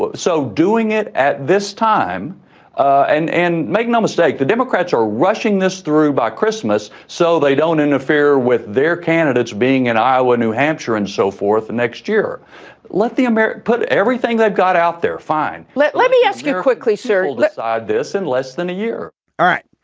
but so doing it at this time and and make no mistake the democrats are rushing this through by christmas so they don't interfere with their candidates being in iowa new hampshire and so forth. next year let the american put everything they've got out there fine. let let me ask you quickly sir. ah this in less than a year all right.